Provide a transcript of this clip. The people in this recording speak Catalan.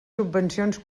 subvencions